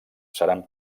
seran